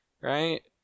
right